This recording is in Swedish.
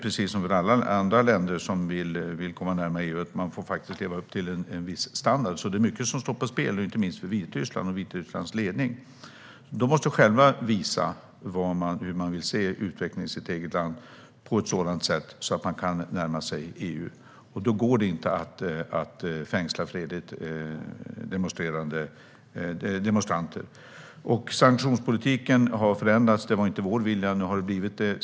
Precis som för alla andra länder som vill komma närmare EU gäller att man faktiskt får leva upp till en viss standard, så det är mycket som står på spel inte minst för Vitryssland och dess ledning. Man måste själv visa att man vill se en utveckling i det egna landet som gör att man kan närma sig EU, och då går det inte att fängsla fredligt demonstrerande människor. Sanktionspolitiken har förändrats. Det var inte vår vilja, men nu har det blivit så.